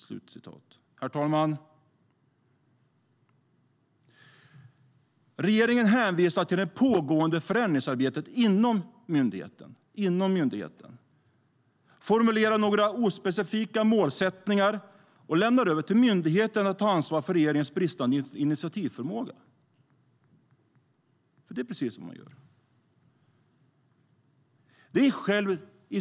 "Herr talman! Regeringen hänvisar till det pågående förändringsarbetet inom myndigheten, formulerar några ospecifika målsättningar och lämnar över till myndigheten att ta ansvar för regeringens bristande initiativförmåga. Det är precis vad regeringen gör.